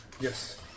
Yes